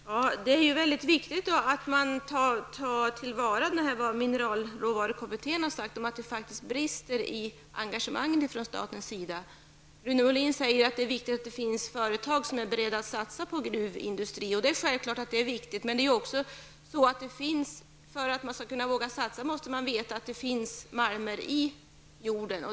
Herr talman! Det är väldigt viktigt att man tar till vara vad mineralråvarukommittén har sagt om att det faktiskt brister i engagemanget från statens sida. Rune Molin säger att det är viktigt att det finns företag som är beredda att satsa på gruvindustri. Det är självklart att det är viktigt. Men för att man skall våga satsa måste man också veta att det finns malmer i jorden.